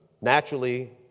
naturally